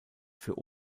für